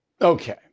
Okay